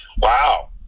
Wow